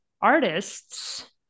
artists